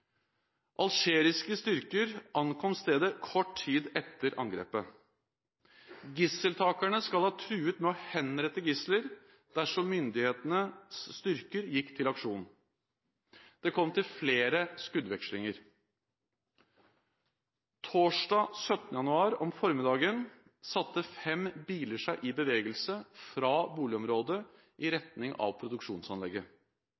Algeriske styrker ankom stedet kort tid etter angrepet. Gisseltakerne skal ha truet med å henrette gisler dersom myndighetenes styrker gikk til aksjon. Det kom til flere skuddvekslinger. Torsdag 17. januar om formiddagen satte fem biler seg i bevegelse fra boligområdet i